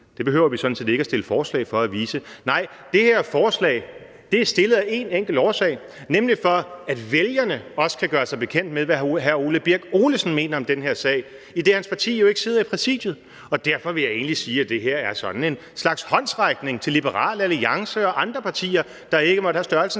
det behøver vi sådan set ikke fremsætte forslag for at vise. Nej, det her forslag er fremsat af en enkelt årsag, nemlig for at vælgerne også kan gøre sig bekendt med, hvad hr. Ole Birk Olesen mener om den her sag, idet hans parti jo ikke sidder i Præsidiet. Og derfor vil jeg egentlig sige, at det her er sådan en slags håndsrækning til Liberal Alliance og andre partier, der ikke måtte have størrelsen